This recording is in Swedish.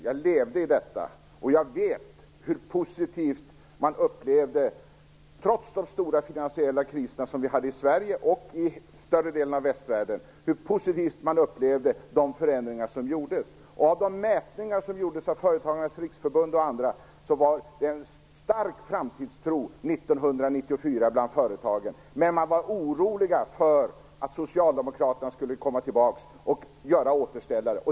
Jag levde i detta, och jag vet hur positivt man, trots de stora finansiella kriserna som vi hade i Sverige och i större delen av västvärlden, upplevde de förändringar som gjordes. De mätningar som gjordes av Företagarnas Riksförbund och andra visade på en stark framtidstro bland företagen år 1994, men företagarna var oroliga för att Socialdemokraterna skulle komma tillbaka och göra återställare.